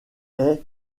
est